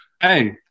Hey